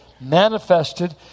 manifested